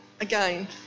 again